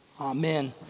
Amen